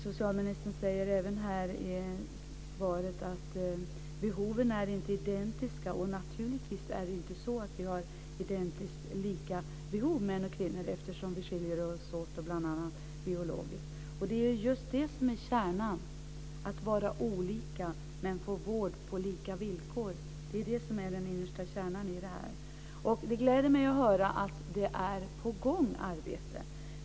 Socialministern sade i sitt svar att behoven inte är identiska. Naturligtvis är det inte så att män och kvinnor har identiskt lika behov eftersom vi skiljer oss åt, bl.a. biologiskt. Det är just det som är kärnan, dvs. att vara olika men att få vård på lika villkor. Det är den innersta kärnan i detta. Det gläder mig att höra att arbetet är på gång.